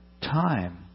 time